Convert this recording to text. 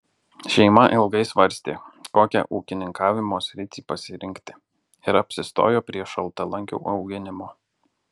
šeima ilgai svarstė kokią ūkininkavimo sritį pasirinkti ir apsistojo prie šaltalankių auginimo